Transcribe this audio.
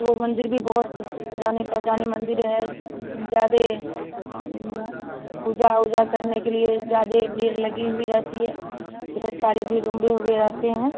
वह मंदिर भी बहुत जानी पहचानी मंदिर है ज़्यादा पूजा ऊजा करने के लिए ज़्यादा भीड़ लगी हुई रहती है ढेर सारे भीड़ उमड़े हुए रहते हैं